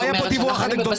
לא היה פה דיווח אנקדוטלי.